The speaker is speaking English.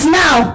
now